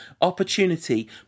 opportunity